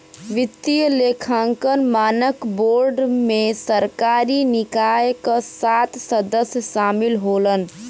वित्तीय लेखांकन मानक बोर्ड में सरकारी निकाय क सात सदस्य शामिल होलन